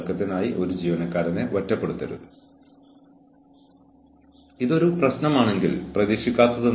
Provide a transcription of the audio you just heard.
അതിനാൽ അച്ചടക്ക പരാതി നടപടിക്രമങ്ങളിൽ തത്വങ്ങളുടെ ഒരു പ്രസ്താവന അടങ്ങിയിരിക്കണമെന്ന് അവർ നിർദ്ദേശിക്കുന്നു